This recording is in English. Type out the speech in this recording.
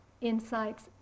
insights